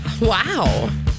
Wow